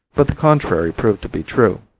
but the contrary proved to be true.